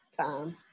time